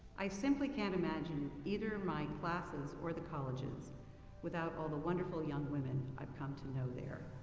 i simply can't imagine either my classes or the colleges without all the wonderful young women i've come to know there.